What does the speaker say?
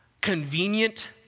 convenient